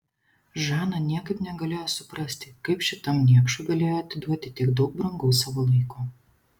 žana niekaip negalėjo suprasti kaip šitam niekšui galėjo atiduoti tiek daug brangaus savo laiko